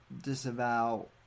disavow